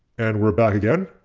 and we're back again.